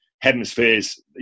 hemispheres